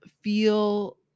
feel